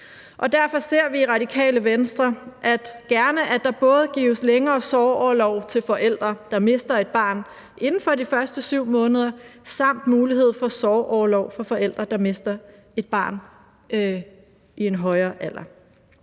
derfor ser vi i Radikale Venstre gerne, at der både gives længere sorgorlov til forældre, der mister et barn inden for de første 7 måneder, og mulighed for sorgorlov for forældre, der mister et barn med en højere alder.